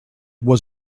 was